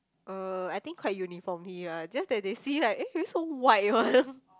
uh I think quite uniformly just that they see like eh why so white one